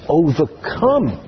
overcome